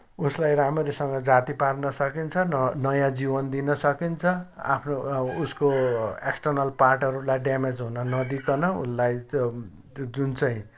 उसलाई राम्ररीसँग जाति पार्न सकिन्छ नयाँ जीवन दिन सकिन्छ आफ्नो उसको एक्सटर्नल पार्टहरूलाई ड्यामेज हुन नदिइकन उसलाई त्यो जुन चाहिँ